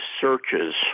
searches